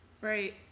right